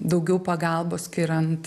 daugiau pagalbos skiriant